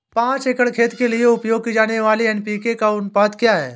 पाँच एकड़ खेत के लिए उपयोग की जाने वाली एन.पी.के का अनुपात क्या है?